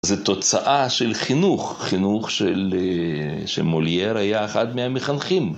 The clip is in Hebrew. זו תוצאה של חינוך, חינוך שמולייר היה אחד מהמחנכים.